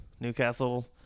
Newcastle